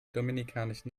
dominikanischen